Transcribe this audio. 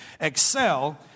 Excel